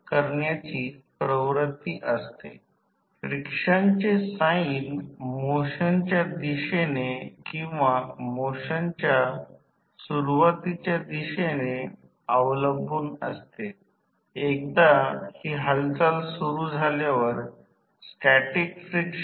Isc पूर्ण भार प्रवाह आहे आणि V s c व्होल्टेज आहे मी शॉर्ट सर्किट परिस्थिती अंतर्गत पुन्हा कनेक्ट होण्यासाठी काय म्हटले आहे ते कमी व्होल्टेज बाजू 5 ते 8 टक्के आहे